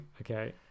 okay